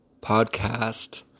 podcast